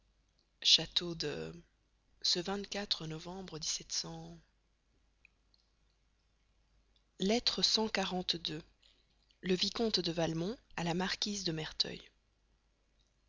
faire de ce novembre lettre le vicomte de valmont à la marquise de merteuil